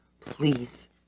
Please